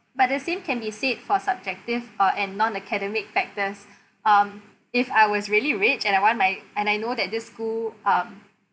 but the same can be said for subjective or and non academic factors um if I was really rich and I want my and I know that this school um